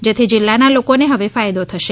જેથી જિલ્લાના લોકોને હવે ફાયદો થશે